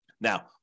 Now